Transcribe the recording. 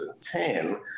2010